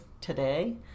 today